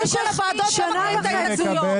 בכל הוועדות לא מקריאים את ההסתייגויות.